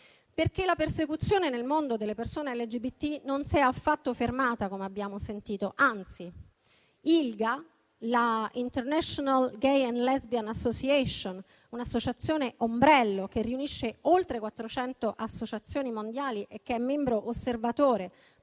oggi. La persecuzione nel mondo delle persone LGBT non si è infatti affatto fermata come abbiamo sentito, anzi. L'International gay and lesbian association (ILGA), un'associazione "ombrello" che riunisce oltre 400 associazioni mondiali e che è membro osservatore